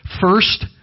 First